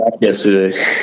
yesterday